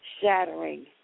shattering